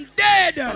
dead